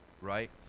right